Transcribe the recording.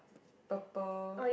purple